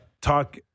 talk